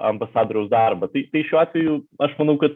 ambasadoriaus darbą tai tai šiuo atveju aš manau kad